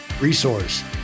resource